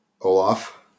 Olaf